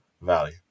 value